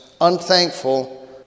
unthankful